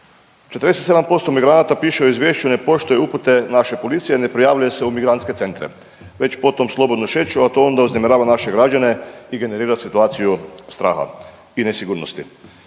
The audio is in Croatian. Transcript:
47% migranata, piše u izvješću, ne poštuje upute naše policije, ne prijavljuju se u migrantske centre već potom slobodno šeću, a to onda uznemirava naše građane i generira situaciju straha i nesigurnosti.